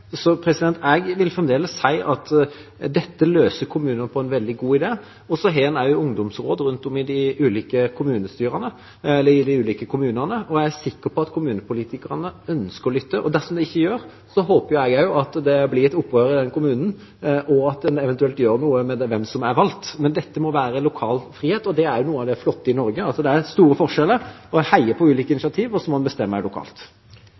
Så har en også ungdomsråd rundt i de ulike kommunene, og jeg er sikker på at kommunepolitikerne ønsker å lytte. Dersom de ikke gjør det, håper jeg det blir et opprør i den kommunen, og at en eventuelt gjør noe med hvem som blir valgt. Men dette må være en lokal frihet, og det er noe av det flotte i Norge. Det er store forskjeller, og jeg heier på ulike initiativ, og så må en bestemme lokalt.